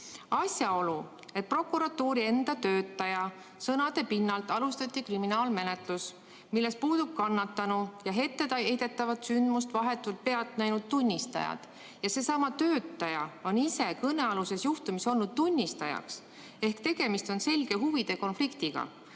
Asjaolu, et prokuratuuri enda töötaja sõnade pinnalt alustati kriminaalmenetlust, milles puuduvad kannatanu ja etteheidetavat sündmust vahetult pealt näinud tunnistajad, ning et seesama töötaja ise on kõnealuses juhtumis olnud tunnistaja ehk tegemist on selge huvide konfliktiga,